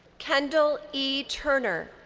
kendall e. turner.